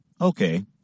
Okay